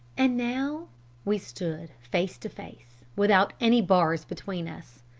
and now we stood face to face without any bars between us.